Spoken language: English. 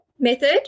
method